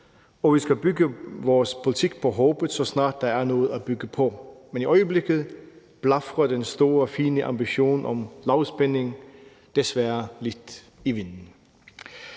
og vi skal bygge vores politik på håbet, så snart der er noget at bygge på, men i øjeblikket blafrer den store, fine ambition om lavspænding desværre lidt i vinden.